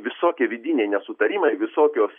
visokie vidiniai nesutarimai visokios